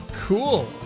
Cool